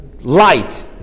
light